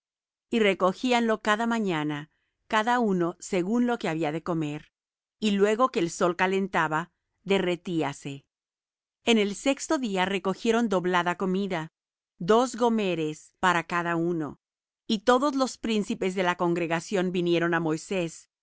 y recogíanlo cada mañana cada uno según lo que había de comer y luego que el sol calentaba derretíase en el sexto día recogieron doblada comida dos gomeres para cada uno y todos los príncipes de la congregación vinieron á moisés